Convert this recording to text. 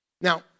Now